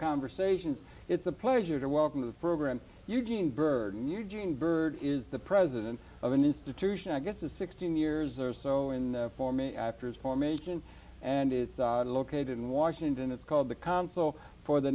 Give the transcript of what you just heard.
conversations it's a pleasure to welcome to the program eugene burton eugene bird is the president of an institution i guess is sixteen years or so in for me after his formation and it's located in washington it's called the consul for the